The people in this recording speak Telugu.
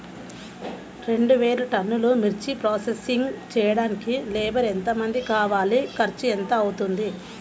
రెండు వేలు టన్నుల మిర్చి ప్రోసెసింగ్ చేయడానికి లేబర్ ఎంతమంది కావాలి, ఖర్చు ఎంత అవుతుంది?